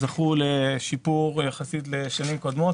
שזכו לשיפור יחסית לשנים קודמות,